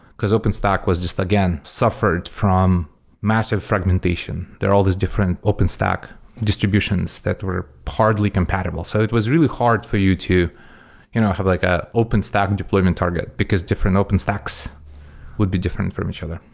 because openstack was just, again, suffered from massive fragmentation. there are all these different openstack distributions that were hardly compatible. so it was really hard for you to you know have like an ah openstack and deployment target, because different openstacks would be different from each other.